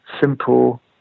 simple